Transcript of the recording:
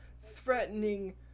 threatening